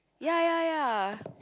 ya ya ya